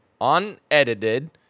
unedited